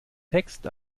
text